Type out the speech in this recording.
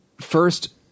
first